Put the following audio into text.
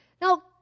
Now